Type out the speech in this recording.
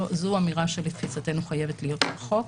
זו אמירה שלתפיסתנו חייבת להיות בחוק.